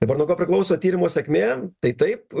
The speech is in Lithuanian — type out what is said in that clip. dabar nuo ko priklauso tyrimo sėkmė tai taip